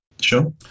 Sure